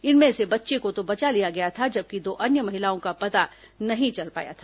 इनमें से बच्चे को तो बचा लिया गया था जबकि दो अन्य महिलाओं का पता नहीं चल पाया था